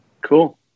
Cool